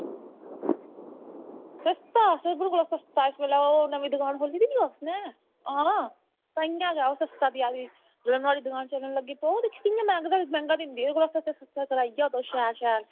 ते तां केह् सस्ते कोला सस्ता नमीं दुकान खोह्ल्ली दी ना उन्ने आं ताहियें ओह् सस्ता देआ दी ते जेल्लै नुहाड़ी दुकान चली पेई ना तां दिक्खो कियां मैहंगे कोला मैहंगा लांदी समान इन्ने चिर सस्ता कराई लैओ